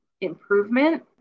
improvement